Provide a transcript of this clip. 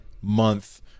month